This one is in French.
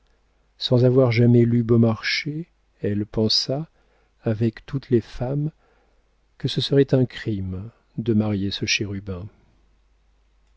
sans avoir jamais lu beaumarchais elle pensa avec toutes les femmes que ce serait un crime que de marier ce chérubin